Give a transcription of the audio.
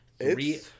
Three